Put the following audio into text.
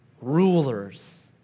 rulers